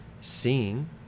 seeing